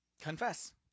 Confess